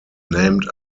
named